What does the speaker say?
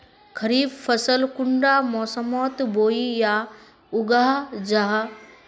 खरीफ फसल कुंडा मोसमोत बोई या उगाहा जाहा?